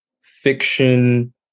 Fiction